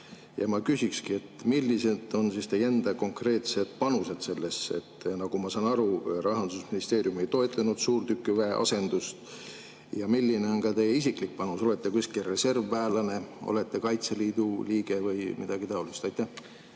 Ma küsiksin: millised on teie enda konkreetsed panused sellesse? Nagu ma aru saan, Rahandusministeerium ei toetanud suurtükiväe asendust. Milline on teie isiklik panus? Olete kuskil reservväelane, olete Kaitseliidu liige või midagi taolist? Aitäh!